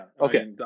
okay